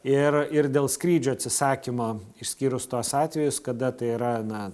ir ir dėl skrydžių atsisakymo išskyrus tuos atvejus kada tai yra na